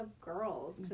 girls